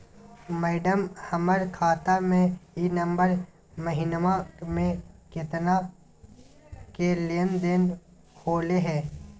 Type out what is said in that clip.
madam, हमर खाता में ई नवंबर महीनमा में केतना के लेन देन होले है